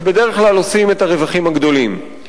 שבדרך כלל עושים את הרווחים הגדולים.